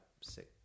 six